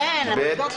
הינה, באותו סעיף.